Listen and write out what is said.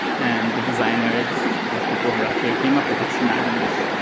and the designers and the people who actually came up with this, imagined this,